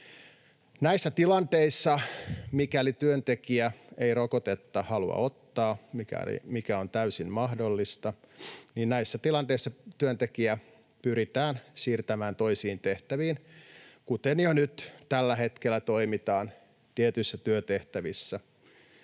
Näissä tilanteissa, mikäli työntekijä ei rokotetta halua ottaa, mikä on täysin mahdollista, työntekijä pyritään siirtämään toisiin tehtäviin, kuten jo nyt tällä hetkellä toimitaan tietyissä työtehtävissä